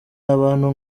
abantu